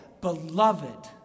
beloved